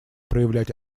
проявлять